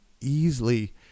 easily